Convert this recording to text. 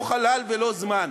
לא חלל ולא זמן.